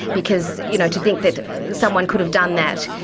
because, you know, to think that someone could've done that,